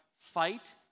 fight